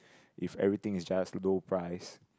if everything is just low price